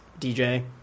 DJ